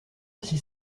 ainsi